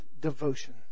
devotion